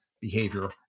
behavior